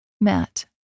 Matt